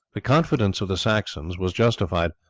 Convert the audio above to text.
the confidence of the saxons was justified,